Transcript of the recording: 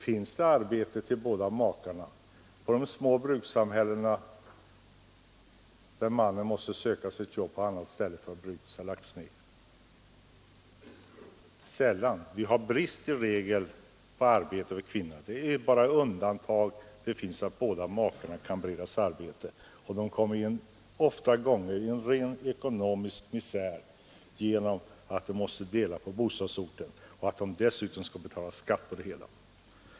Finns det arbete för båda makarna i de små brukssamhällena, när mannen måste söka nytt jobb därför att bruket har lagts ned? Sällan. Vi har i regel brist på arbete för kvinnorna. Det är bara i undantagsfall båda makarna kan beredas arbete. Ofta kommer de i ren ekonomisk misär därför att de har skilda bostadsorter och dessutom skall betala skatt för det hela.